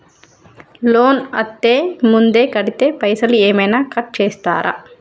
Loan అత్తే ముందే కడితే పైసలు ఏమైనా కట్ చేస్తరా?